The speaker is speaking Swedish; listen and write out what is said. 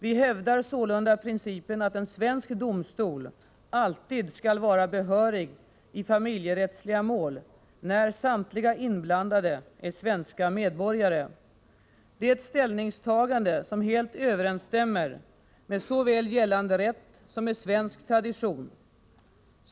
Vi hävdar sålunda principen att en svensk domstol alltid skall vara behörig i familjerättsliga mål, när samtliga inblandade är svenska medborgare. Det är ett ställningstagande som helt överensstämmer med såväl gällande rätt som svensk tradition.